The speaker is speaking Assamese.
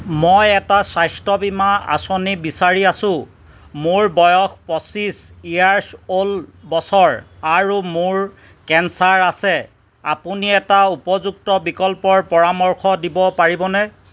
মই এটা স্বাস্থ্য বীমা আঁচনি বিচাৰি আছো মোৰ বয়স পঁচিছ ইয়েৰাচ অল্ড বছৰ আৰু মোৰ কেন্সাৰ আছে আপুনি এটা উপযুক্ত বিকল্পৰ পৰামৰ্শ দিব পাৰিবনে